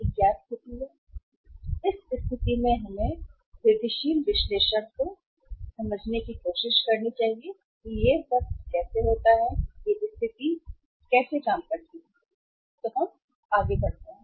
तो इस स्थिति में हमें जाने दो वृद्धिशील विश्लेषण और यह समझने की कोशिश करें कि यह सब कैसे कहता है कि यह स्थिति कैसे और कैसे काम करती है हम आगे बढ़ते हैं